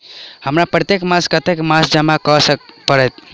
हमरा प्रत्येक मास कत्तेक राशि जमा करऽ पड़त?